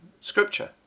scripture